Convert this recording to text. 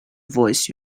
voice